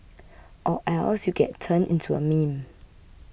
or else you get turned into a meme